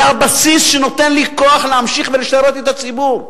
זה הבסיס שנותן לי כוח להמשיך ולשרת את הציבור.